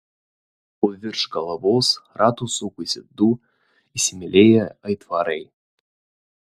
o virš galvos ratu sukosi du įsimylėję aitvarai